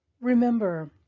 remember